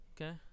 Okay